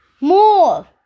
More